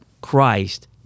Christ